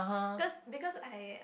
because because I